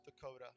Dakota